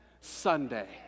Sunday